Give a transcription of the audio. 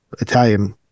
Italian